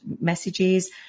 messages